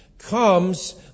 comes